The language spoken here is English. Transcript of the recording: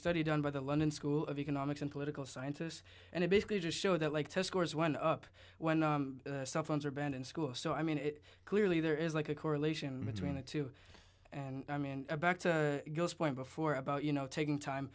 study done by the london school of economics and political scientists and it basically just showed that like test scores went up when cellphones are banned in school so i mean it clearly there is like a correlation between the two and i mean back to goes point before about you know taking